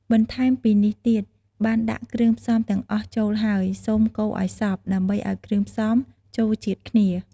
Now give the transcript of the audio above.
បន្ថែមពីនេះទៀត បានដាក់គ្រឿងផ្សំទាំងអស់ចូលហើយ សូម កូរឲ្យសព្វ ដើម្បីឲ្យគ្រឿងផ្សំចូលជាតិគ្នា។